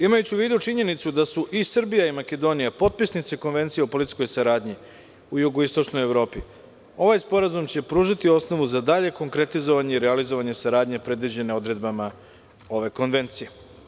Imajući u vidu činjenicu da su i Srbija i Makedonija potpisnice Konvencije o policijskoj saradnji u jugoistočnoj Evropi, ovaj sporazum će pružiti osnovu za dalje konkretizovanje i realizovanje saradnje, predviđene odredbama ove konvencije.